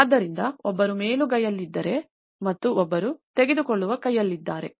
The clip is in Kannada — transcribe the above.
ಆದ್ದರಿಂದ ಒಬ್ಬರು ಮೇಲುಗೈಯಲ್ಲಿದ್ದಾರೆ ಮತ್ತು ಒಬ್ಬರು ತೆಗೆದುಕೊಳ್ಳುವ ಕೈಯಲ್ಲಿದ್ದಾರೆ